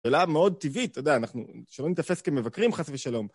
שאלה מאוד טבעית, אתה יודע, אנחנו שלא נתפס כמבקרים חס ושלום.